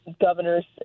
governor's